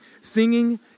singing